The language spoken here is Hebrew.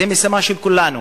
זו משימה של כולנו,